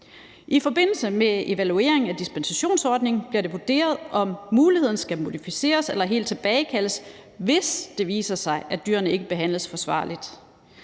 I forbindelse med evalueringen af dispensationsordningen bliver det vurderet, om muligheden skal modificeres eller helt tilbagekaldes, hvis det viser sig, at dyrene ikke behandles forsvarligt.